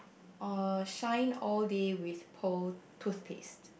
uh shine all day with pearl toothpaste